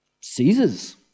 Caesar's